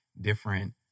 different